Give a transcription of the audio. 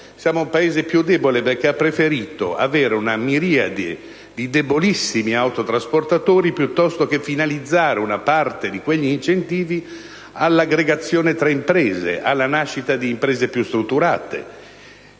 siamo un Paese più debole perché ha preferito avere una miriade di debolissimi autotrasportatori piuttosto che finalizzare una parte di quegli incentivi all'aggregazione tra imprese, alla nascita di imprese più strutturate